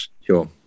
Sure